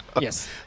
yes